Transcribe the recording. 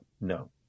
No